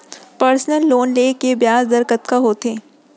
Personal loan ले के ब्याज दर कतका होथे?